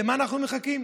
למה אנחנו מחכים?